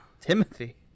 Timothy